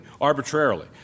arbitrarily